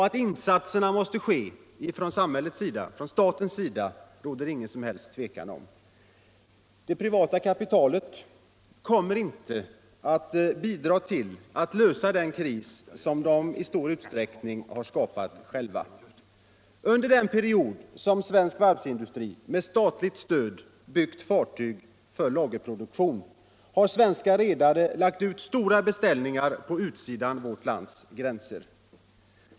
Att insatserna måste göras av staten råder det inget som helst tvivel om. Det privata kapitalet kommer inte att bidra till lösningen av den kris som kapitalägarna i stor utsträckning skapat själva. Under den period som svensk varvsindustri, med statligt stöd, har producerat fartyg på lager har svenska redare lagt ut stora beställningar utanför vårt lands gränser.